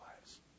lives